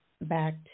back